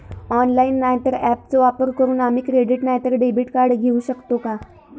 Online नाय तर ऍपचो वापर करून आम्ही क्रेडिट नाय तर डेबिट कार्ड घेऊ शकतो का?